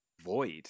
void